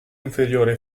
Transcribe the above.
inferiore